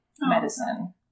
medicine